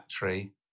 battery